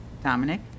Dominic